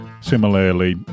similarly